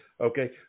okay